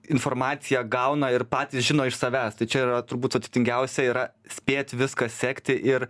informaciją gauna ir patys žino iš savęs tai čia yra turbūt sudėtingiausia yra spėt viską sekti ir